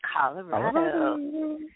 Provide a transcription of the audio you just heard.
Colorado